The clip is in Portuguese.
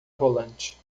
rolante